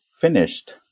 finished